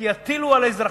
כי יטילו על האזרחים,